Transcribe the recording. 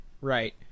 Right